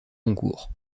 concours